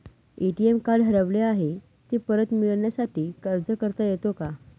ATM card हरवले आहे, ते परत मिळण्यासाठी अर्ज करता येतो का?